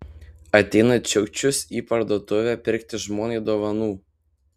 ateina čiukčius į parduotuvę pirkti žmonai dovanų